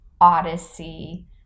odyssey